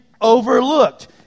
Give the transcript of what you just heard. overlooked